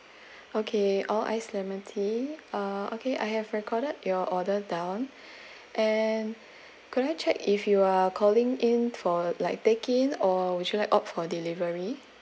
okay all ice lemon tea uh okay I have recorded your order down and could I check if you are calling in for like take in or would you like opt for delivery